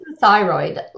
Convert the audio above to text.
thyroid